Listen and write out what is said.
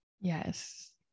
Yes